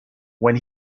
when